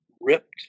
ripped